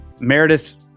Meredith